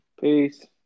peace